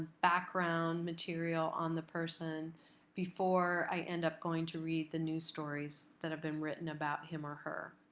background material on the person before i end up going to read the new stories that have been written about him or her.